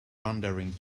wandering